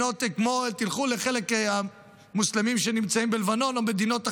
תלכו לחלק מהמוסלמים שנמצאים בלבנון או במדינות אחרות.